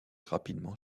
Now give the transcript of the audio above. rapidement